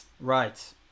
Right